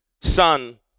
son